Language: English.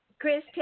Chris